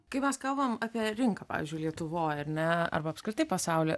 kai mes kalbam apie rinką pavyzdžiui lietuvoje ar ne arba apskritai pasaulyje